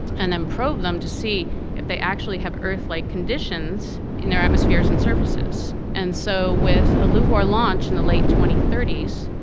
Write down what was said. and then probe them to see if they actually have earth-like conditions in their atmospheres and surfaces. and so with a luvoir launch in the late twenty thirty s,